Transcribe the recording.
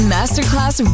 Masterclass